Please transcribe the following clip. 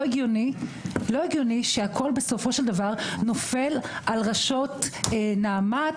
לא הגיוני שהכל בסופו של דבר נופל על ראשת נעמ"ת